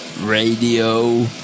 Radio